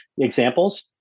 examples